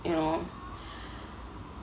you know